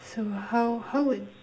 so how how would